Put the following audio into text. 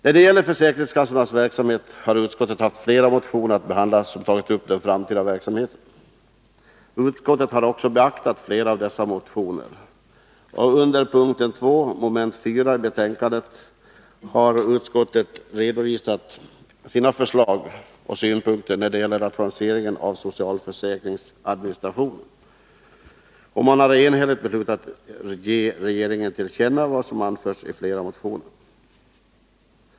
När det gäller försäkringskassornas verksamhet har utskottet haft flera motioner att behandla som har tagit upp den framtida verksamheten. Utskottet har också beaktat flera av dessa motioner. Under punkt 2 mom. 4i betänkandet har utskottet redovisat sina förslag och synpunkter när det gäller rationaliseringen av socialförsäkringens administration. Utskottet har enhälligt beslutat ge regeringen till känna vad som har anförts i flera motioner.